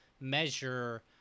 measure